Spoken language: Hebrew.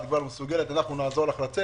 אנחנו נעזור לצאת.